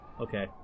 Okay